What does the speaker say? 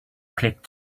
click